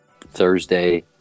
thursday